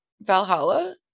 Valhalla